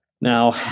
Now